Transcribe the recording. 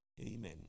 Amen